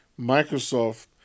Microsoft